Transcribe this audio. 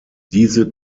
diese